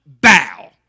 bow